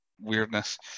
weirdness